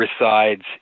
resides